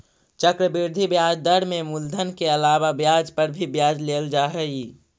चक्रवृद्धि ब्याज दर में मूलधन के अलावा ब्याज पर भी ब्याज लेल जा हई